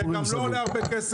זה גם לא עולה הרבה כסף.